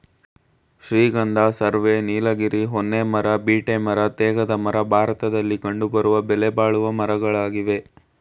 ಶ್ರೀಗಂಧ, ಸರ್ವೆ, ನೀಲಗಿರಿ, ಹೊನ್ನೆ ಮರ, ಬೀಟೆ ಮರ, ತೇಗದ ಮರ ಭಾರತದಲ್ಲಿ ಕಂಡುಬರುವ ಬೆಲೆಬಾಳುವ ಮರಗಳಾಗಿವೆ